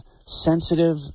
sensitive